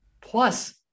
Plus